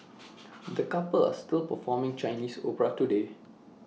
the couple are still performing Chinese opera today